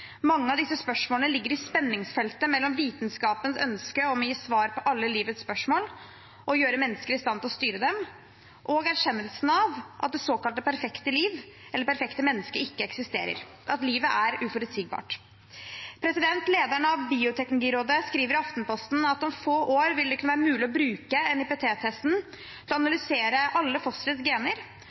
Mange av disse spørsmålene ligger i spenningsfeltet mellom vitenskapens ønske om å gi svar på alle livets spørsmål og gjøre mennesker i stand til å styre dem, og erkjennelsen av at det såkalte perfekte liv eller perfekte menneske ikke eksisterer – at livet er uforutsigbart. Lederen av Bioteknologirådet skriver i Aftenposten at om få år vil det ikke være mulig å bruke NIPT-testen til å analysere alle fosterets gener,